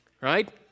right